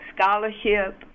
scholarship